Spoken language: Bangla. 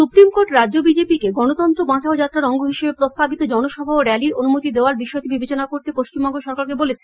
সৃপ্রিম কোর্ট রাজ্য বিজেপিকে গণতন্ত্র বাঁচাও যাত্রার অঙ্গ হিসেবে প্রস্তাবিত জনসভা ও সমাবেশের অনুমতি দেওয়ার বিষয়টি বিবেচনা করতে পশ্চিমবঙ্গ সরকারকে বলেছে